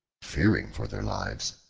fearing for their lives,